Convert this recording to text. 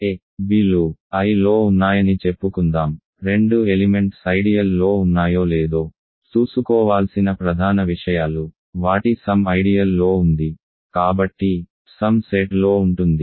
a b లు Iలో ఉన్నాయని చెప్పుకుందాం రెండు ఎలిమెంట్స్ ఐడియల్ లో ఉన్నాయో లేదో చూసుకోవాల్సిన ప్రధాన విషయాలు వాటి సమ్ ఐడియల్ లో ఉంది కాబట్టి సమ్ సెట్లో ఉంటుంది